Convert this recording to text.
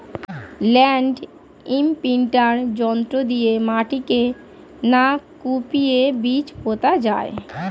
land imprinter যন্ত্র দিয়ে মাটিকে না কুপিয়ে বীজ পোতা যায়